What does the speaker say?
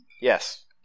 Yes